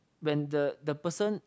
when the the person